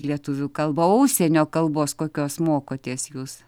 lietuvių kalbą užsienio kalbos kokios mokotės jūs